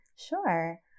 Sure